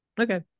okay